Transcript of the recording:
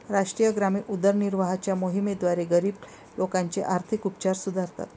राष्ट्रीय ग्रामीण उदरनिर्वाहाच्या मोहिमेद्वारे, गरीब लोकांचे आर्थिक उपचार सुधारतात